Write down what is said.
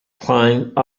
climb